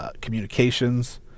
communications